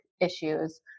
issues